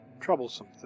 troublesome